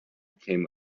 came